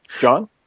John